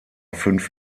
fünf